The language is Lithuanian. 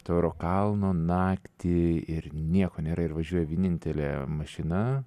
tauro kalno naktį ir nieko nėra ir važiuoja vienintelė mašina